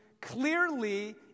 Clearly